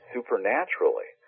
Supernaturally